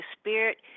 Spirit